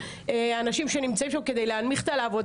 אנשים שנמצאים שם כדי להנמיך את הלהבות,